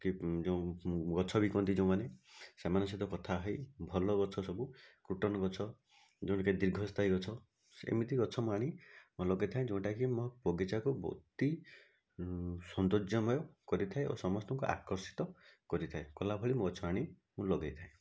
କି ଯେଉଁ ଗଛ ବିକନ୍ତି ଯେଉଁମାନେ ସେମାନଙ୍କ ସହିତ କଥା ହେଇ ଭଲ ଗଛ ସବୁ କୁଟନ ଗଛ ଯଉରା କି ଦୀର୍ଘସ୍ଥାୟୀ ଗଛ ସେମିତି ଗଛ ମୁଁ ଆଣି ଲଗାଇଥାଏ ଯେଉଁଟା କି ମୋ ବଗିଚାକୁ ଅତି ସୌନ୍ଦର୍ଯ୍ୟମୟ କରିଥାଏ ଓ ସମସ୍ତଙ୍କୁ ଆକର୍ଷିତ କରିଥାଏ କଲା ଭଳି ମୁଁ ଗଛ ଆଣି ମୁଁ ଲଗାଇଥାଏ